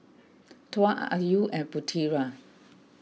Tuah Ayu and Putera